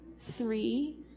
three